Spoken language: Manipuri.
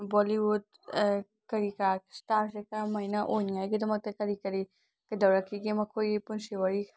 ꯕꯣꯂꯤꯋꯨꯠ ꯀꯔꯤ ꯀꯔꯥ ꯏꯁꯇꯥꯔꯁꯦ ꯀꯔꯝ ꯍꯥꯏꯅ ꯑꯣꯏꯅꯤꯡꯉꯥꯏꯒꯤꯗꯃꯛꯇ ꯀꯔꯤ ꯀꯔꯤ ꯀꯩꯗꯧꯔꯛꯈꯤꯒꯦ ꯃꯈꯣꯏꯒꯤ ꯄꯨꯟꯁꯤ ꯋꯥꯔꯤ